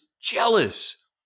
jealous